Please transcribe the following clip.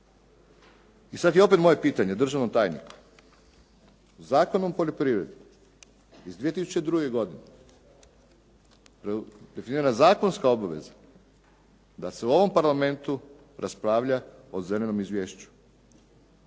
I sad je opet moje pitanje državnom tajniku. U Zakonu o poljoprivredi iz 2002. godine definirana je zakonska obaveza da se u ovom Parlamentu raspravlja o zelenom izvješću.